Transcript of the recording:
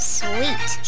sweet